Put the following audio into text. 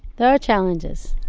there are challenges,